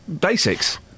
basics